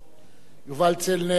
יובל צלנר, פה.